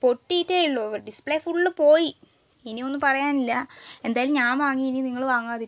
പൊട്ടിയിട്ടേയുള്ളൂ display full പോയി ഇനി ഒന്നും പറയാനില്ല എന്തായാലും ഞാൻ വാങ്ങി ഇനി നിങ്ങൾ വാങ്ങാതിരിക്കുക